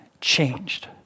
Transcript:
changed